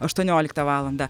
aštuonioliktą valandą